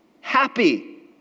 Happy